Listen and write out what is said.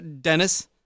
Dennis